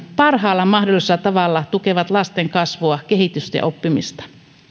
parhaalla mahdollisella tavalla tukee lasten kasvua kehitystä ja oppimista